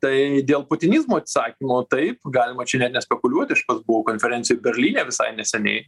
tai dėl putinizmo atsakymo taip galima čia nespekuliuoti aš pats buvau konferencijoj berlyne visai neseniai